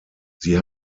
sie